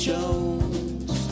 Jones